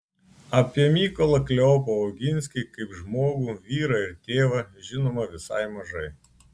apie mykolą kleopą oginskį kaip žmogų vyrą ir tėvą žinoma visai mažai